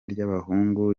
ry’abahungu